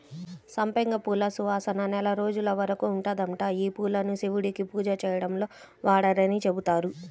సంపెంగ పూల సువాసన నెల రోజుల వరకు ఉంటదంట, యీ పూలను శివుడికి పూజ చేయడంలో వాడరని చెబుతారు